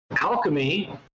Alchemy